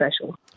special